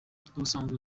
n’ubusanzwe